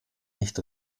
nicht